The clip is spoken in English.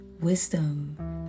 wisdom